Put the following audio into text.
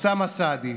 אוסאמה סעדי,